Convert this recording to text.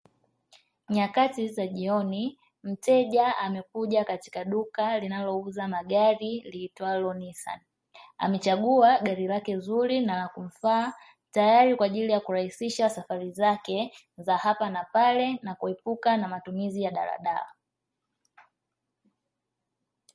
Nyakati za jioni mteja amekuja katika duka linalouza magari liitwalo nisani, amechagua gari lake zuri na la kumfaa tayari kwa ajili ya kurahisisha safari zake za hapa na pale na kuepuka na matumizi ya daladala.